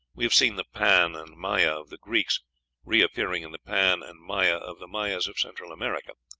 we have seen the pan and maia of the greeks reappearing in the pan and maya of the mayas of central america.